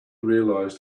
realized